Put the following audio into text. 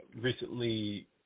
recently –